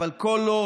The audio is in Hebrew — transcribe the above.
יכולה